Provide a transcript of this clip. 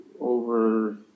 over